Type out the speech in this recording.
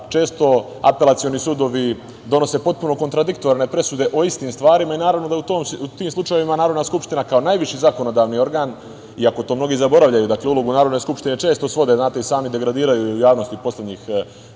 često apelacioni sudovi donose potpuno kontradiktorne presude o istim stvarima i, naravno, u tim slučajevima Narodna skupština kao najviši zakonodavni organ, iako mnogi zaboravljaju, dakle, ulogu Narodne skupštine često svode, znate i sami, degradiraju je u javnosti poslednjih